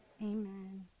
Amen